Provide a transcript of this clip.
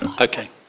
Okay